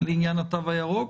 לעניין התו הירוק,